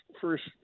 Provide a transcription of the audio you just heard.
first